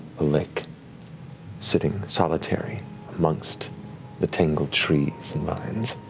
lake sitting solitary amongst the tangled trees and vines.